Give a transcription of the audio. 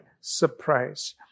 surprise